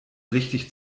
richtig